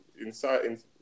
inside